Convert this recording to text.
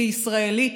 כישראלית,